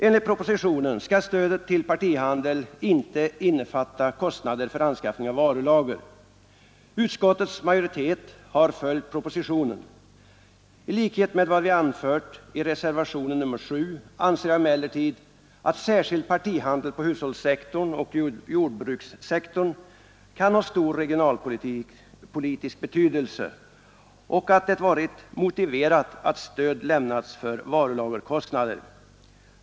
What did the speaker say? Enligt propositionen skall stödet till partihandel inte innefatta kostnader för anskaffning av varulager. Utskottets majoritet har följt propositionen. I likhet med vad vi anfört i reservationen nr 7 anser jag emellertid att särskild partihandel på hushållssektorn och jordbrukssektorn kan ha stor regionalpolitisk betydelse och att det varit motiverat att stöd lämnats för varulagerkostnader.